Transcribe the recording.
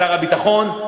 שר הביטחון?